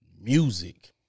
music